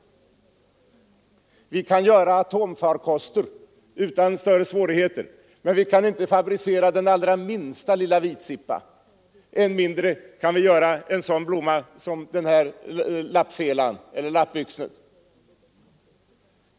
Vi kan göra atomfarkoster utan större svårigheter, men vi kan inte fabricera den allra minsta lilla vitsippa. Än mindre kan vi göra en sådan blomma som lappyxnet.